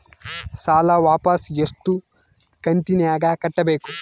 ಸಾಲ ವಾಪಸ್ ಎಷ್ಟು ಕಂತಿನ್ಯಾಗ ಕಟ್ಟಬೇಕು?